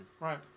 Right